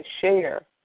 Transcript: share